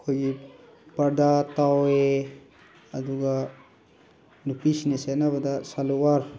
ꯑꯩꯈꯣꯏꯒꯤ ꯄꯥꯔꯗꯥ ꯇꯥꯎꯋꯦ ꯑꯗꯨꯒ ꯅꯨꯄꯤꯁꯤꯡꯅ ꯁꯦꯠꯅꯕꯗ ꯁꯜꯋꯥꯔ